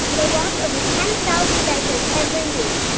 they wash over ten thousand diapers every week,